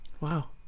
Wow